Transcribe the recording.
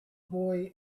boy